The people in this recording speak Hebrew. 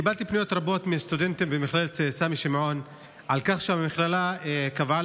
קיבלתי פניות רבות מסטודנטים במכללת סמי שמעון על כך שהמכללה קבעה